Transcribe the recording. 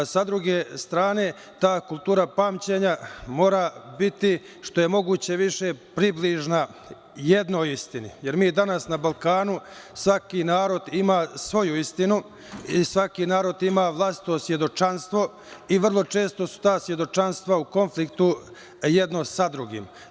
Sa druge strane, ta kultura pamćenja mora biti što je moguće više približna jednoj istini, jer danas na Balkanu svaki narod ima svoju istinu i svaki narod ima vlastito svedočanstvo i vrlo često su ta svedočanstva u konfliktu jedno sa drugim.